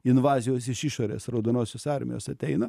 invazijos iš išorės raudonosios armijos ateina